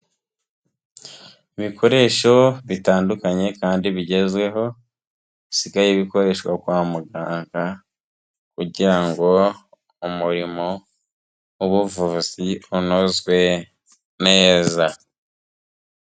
Ibikoresho bitandukanye kandi bigezweho, bisigaye bikoreshwa kwa muganga kugira ngo umurimo w'ubuvuzi unozwe neza.